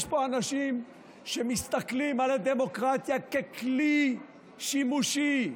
יש פה אנשים שמסתכלים על הדמוקרטיה ככלי שימושי,